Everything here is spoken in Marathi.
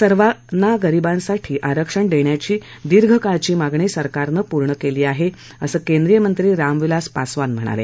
सर्वाना गरिबांसाठी आरक्षण देण्याची दीर्घकाळची मागणी सरकारनं पूर्ण केली आहे असं केंद्रीय मंत्री रामविलास पासवान म्हणाले